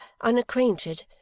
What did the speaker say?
unacquainted